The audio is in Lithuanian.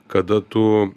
kada tu